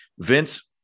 Vince